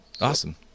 Awesome